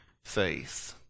faith